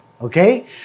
Okay